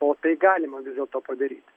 o tai galima vis dėlto padaryti